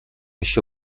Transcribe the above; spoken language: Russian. еще